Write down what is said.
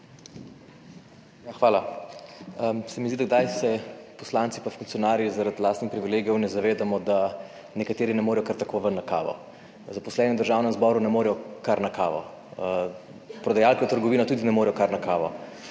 Hvala. Se mi zdi, da kdaj se poslanci pa funkcionarji zaradi lastnih privilegijev ne zavedamo, da nekateri ne morejo kar tako ven na kavo. Zaposleni v Državnem zboru ne morejo kar na kavo, prodajalke v trgovinah tudi ne morejo kar na kavo.